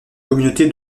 communauté